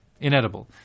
inedible